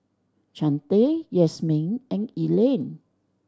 Chante Yasmeen and Elaine